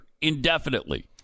indefinitely